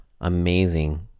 Amazing